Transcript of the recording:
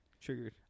Triggered